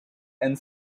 and